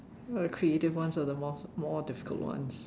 uh creative ones are the more more difficult ones